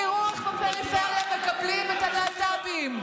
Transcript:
תראו איך בפריפריה מקבלים את הלהט"בים.